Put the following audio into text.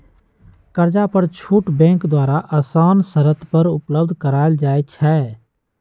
कर्जा पर छुट बैंक द्वारा असान शरत पर उपलब्ध करायल जाइ छइ